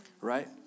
right